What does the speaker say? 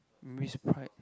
Miss Pride